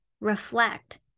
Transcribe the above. Reflect